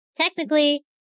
Technically